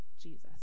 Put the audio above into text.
Jesus